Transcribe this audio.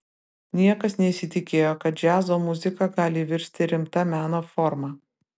niekas nesitikėjo kad džiazo muzika gali virsti rimta meno forma